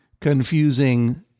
confusing